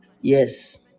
yes